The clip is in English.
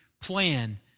plan